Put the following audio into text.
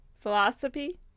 Philosophy